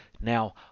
Now